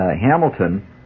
Hamilton